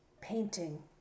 painting